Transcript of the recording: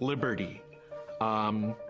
liberty um,